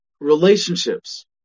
relationships